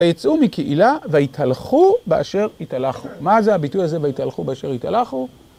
היצאו מקהילה והתהלכו באשר התהלכו. מה זה הביטוי הזה והתהלכו באשר התהלכו?